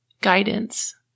guidance